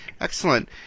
Excellent